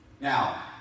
Now